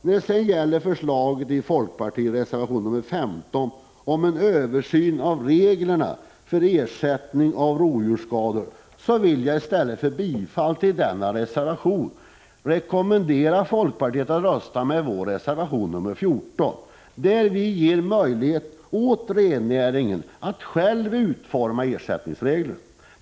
När det sedan gäller förslaget i folkpartiets reservation 15 om en översyn av reglerna för ersättning för rovdjursskador vill jag i stället för att yrka bifall till denna reservation rekommendera folkpartisterna att rösta med vår reservation 14. Där ger vi möjlighet till rennäringen att själv utforma ersättningsreglerna.